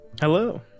Hello